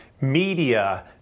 media